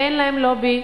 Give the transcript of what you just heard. ואין להם לובי,